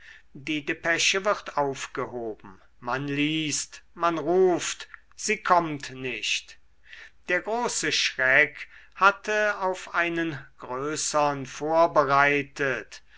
die depesche wird aufgehoben man liest man ruft sie kommt nicht der große schreck hatte auf einen größern vorbereitet